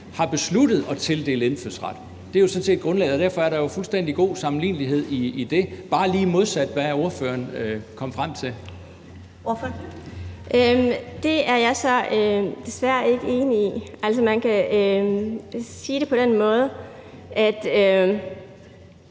har besluttet at tildele indfødsret. Det er jo sådan set grundlaget, og derfor er der jo fuldstændig god sammenlignelighed i det – bare lige modsat, hvad ordføreren kom frem til. Kl. 13:37 Første næstformand (Karen Ellemann):